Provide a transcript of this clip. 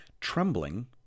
trembling